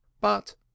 But